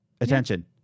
attention